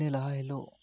ᱤᱱᱟᱹ ᱞᱟᱦᱟ ᱦᱤᱞᱳᱜ